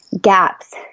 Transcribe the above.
gaps